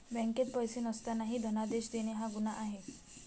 बँकेत पैसे नसतानाही धनादेश देणे हा गुन्हा आहे